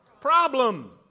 problem